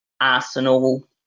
Arsenal